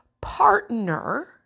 partner